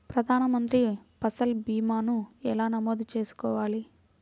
ప్రధాన మంత్రి పసల్ భీమాను ఎలా నమోదు చేసుకోవాలి?